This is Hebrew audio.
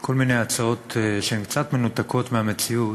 כל מיני הצעות שהן קצת מנותקות מהמציאות,